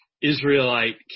Israelite